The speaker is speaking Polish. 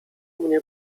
mnie